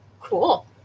cool